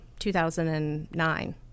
2009